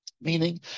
Meaning